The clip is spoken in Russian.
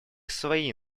свои